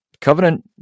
covenant